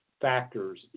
factors